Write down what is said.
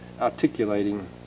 articulating